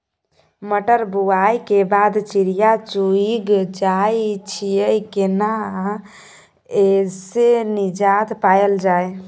मटर बुआई के बाद चिड़िया चुइग जाय छियै केना ऐसे निजात पायल जाय?